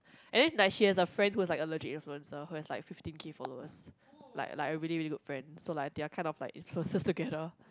and then like she has a friend who is like a legit influencer who has like fifty K followers like like a really really good friend so like they are kind of like influencers together